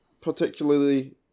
particularly